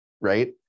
right